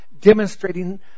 demonstrating